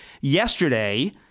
yesterday